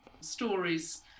stories